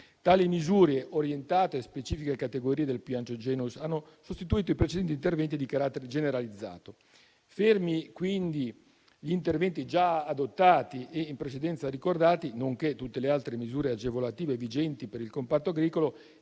Tali misure, orientate a specifiche categorie, hanno sostituito i precedenti interventi di carattere generalizzato. Fermi restando quindi gli interventi già adottati e in precedenza ricordati, nonché tutte le altre misure agevolative vigenti per il comparto agricolo,